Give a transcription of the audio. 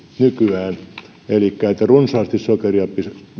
nykyään elikkä että runsaasti sokeria